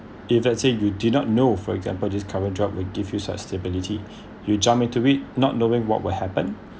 if let's say you did not know for example this current job will give you such stability you jump into it not knowing what will happen